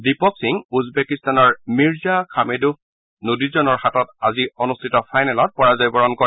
দীপক সিঙ উজবেকিস্তানৰ Mirza Khamedov নোদীৰজনৰ হাতত আজি অনুষ্ঠিত ফাইনেল খেলখনত পৰাজয় বৰণ কৰে